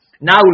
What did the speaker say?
Now